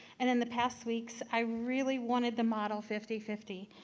and in the past weeks i really wanted the model fifty fifty,